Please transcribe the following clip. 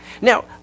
Now